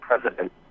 President